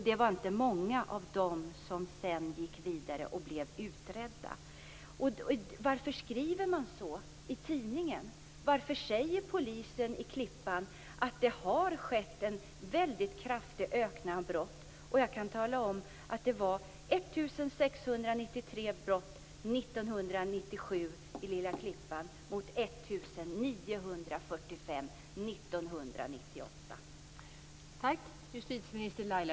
Det var inte många av dem som sedan blev utredda. Varför skriver man så i tidningen? Varför säger polisen i Klippan att det har skett en kraftig ökning av brott? År 1997 anmäldes 1 693 brott i lilla Klippan mot 1 945 år 1998.